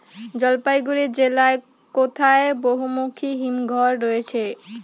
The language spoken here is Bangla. জলপাইগুড়ি জেলায় কোথায় বহুমুখী হিমঘর রয়েছে?